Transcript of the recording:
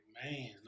Man